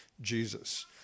Jesus